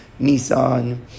Nissan